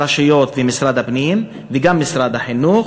הרשויות, משרד הפנים ומשרד החינוך,